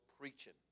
preaching